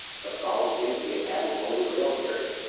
the solemn dignity of abbey's holy grail series,